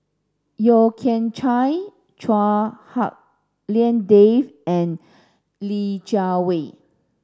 Yeo Kian Chye Chua Hak Lien Dave and Li Jiawei